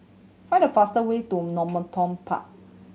find the fast way to Normanton Park